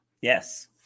Yes